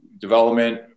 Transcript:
development